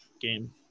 game